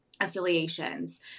affiliations